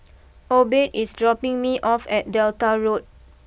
Obed is dropping me off at Delta Road